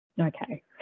Okay